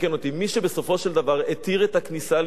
מי שבסופו של דבר התיר את הכניסה ליהודים להר-הבית,